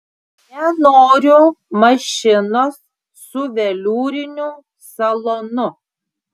nenoriu mašinos su veliūriniu salonu